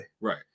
Right